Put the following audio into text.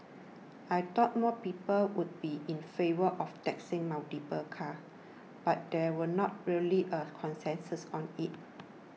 I thought more people would be in favour of taxing multiple cars but there were not really a consensus on it